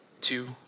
two